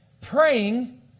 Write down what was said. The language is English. praying